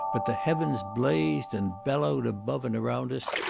but the heavens blazed and bellowed above and around us,